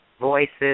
voices